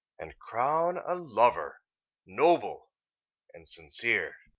and crown a lover noble and sincere.